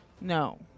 No